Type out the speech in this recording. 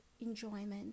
enjoyment